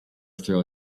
throw